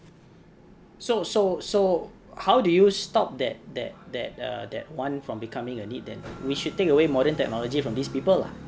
so so so how do you stop that that that err that [one] from becoming a need then we should take away modern technology from these people lah